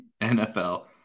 NFL